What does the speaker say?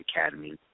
academy